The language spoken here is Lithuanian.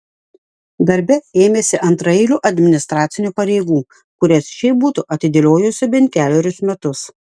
darbe ėmėsi antraeilių administracinių pareigų kurias šiaip būtų atidėliojusi bent kelerius metus